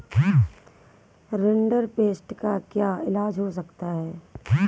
rinderpest का क्या इलाज हो सकता है